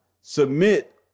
submit